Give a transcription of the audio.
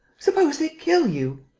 suppose they kill you?